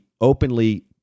openly